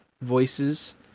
voices